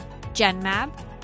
Genmab